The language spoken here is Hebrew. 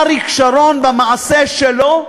אריק שרון במעשה שלו,